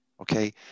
Okay